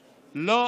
לא,